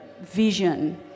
vision